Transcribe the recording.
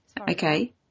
Okay